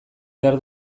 behar